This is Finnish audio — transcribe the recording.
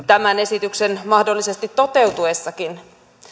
tämän esityksen mahdollisesti toteutuessakin